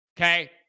Okay